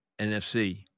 NFC